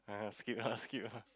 ah skip la skip la